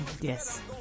Yes